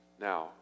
Now